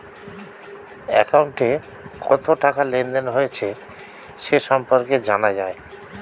অ্যাকাউন্টে কত টাকা লেনদেন হয়েছে সে সম্পর্কে জানা যায়